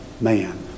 man